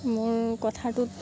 মোৰ কথাটোত